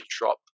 drop